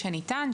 שניתן,